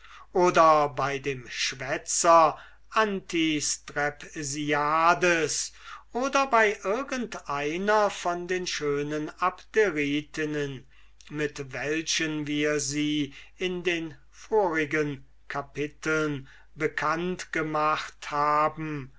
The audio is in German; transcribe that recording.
oder bei dem schwätzer antistrepsiades oder bei irgend einer von den schönen abderitinnen mit welchen wir sie in den vorigen kapiteln bekannt gemacht haben